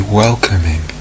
welcoming